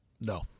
No